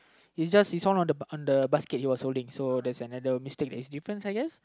it's just it's all on the on the basket he was holding so there's another mistake that is different I guess